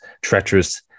treacherous